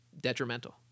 detrimental